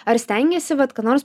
ar stengiesi vat ką nors